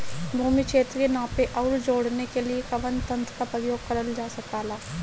भूमि क्षेत्र के नापे आउर जोड़ने के लिए कवन तंत्र का प्रयोग करल जा ला?